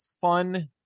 fun